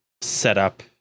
setup